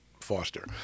Foster